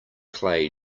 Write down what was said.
clay